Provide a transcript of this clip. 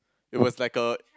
it was like a